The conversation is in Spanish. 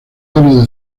llenos